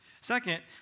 Second